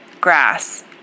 grass